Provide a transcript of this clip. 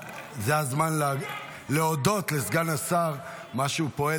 זה הזמן להודות לסגן השר על שהוא פועל